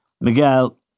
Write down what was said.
Miguel